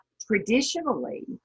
traditionally